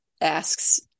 asks